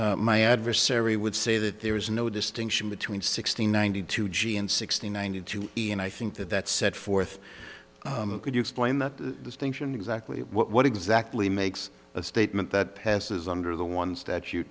my adversary would say that there is no distinction between sixty ninety two g and sixty ninety two and i think that that set forth could you explain the things and exactly what exactly makes a statement that passes under the ones that you're